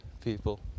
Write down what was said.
people